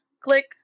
click